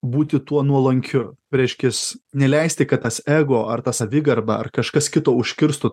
būti tuo nuolankiu reiškias neleisti kad tas ego ar ta savigarba ar kažkas kito užkirstų